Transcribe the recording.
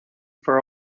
for